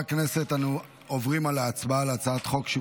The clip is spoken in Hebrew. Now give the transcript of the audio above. אני אסיים.